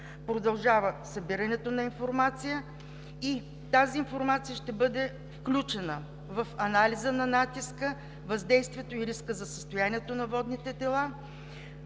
Продължава събирането на информация и тя ще бъде включена в анализа на натиска, въздействието и риска за състоянието на водните тела,